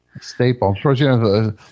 Staple